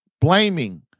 Blaming